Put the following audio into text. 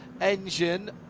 engine